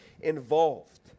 involved